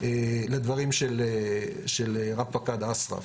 לדברים של רפ"ק אסרף.